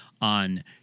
on